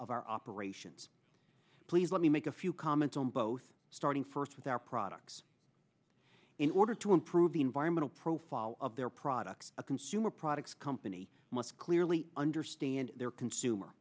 of our operations please let me make a few comments on both starting first with our products in order to improve the environmental profile of their products a consumer products company must clearly understand their consumer